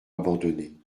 abandonnée